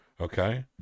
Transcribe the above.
okay